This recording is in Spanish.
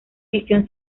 visión